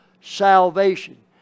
salvation